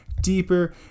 deeper